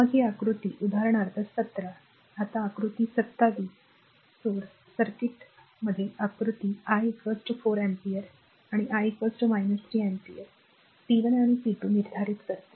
मग ही आकृती उदाहरणार्थ 17 आता आकृती 27 स्त्रोत सर्किट आकृती I 4 अँपिअर आणि I 3 अँपिअरसाठी p 1 आणि p2 निर्धारित करते